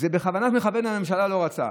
בכוונת מכוון הממשלה לא רצתה.